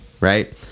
right